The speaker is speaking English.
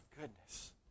goodness